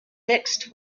mixed